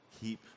Keep